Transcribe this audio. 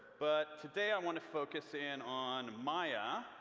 but today i want to focus in on maya.